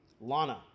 Lana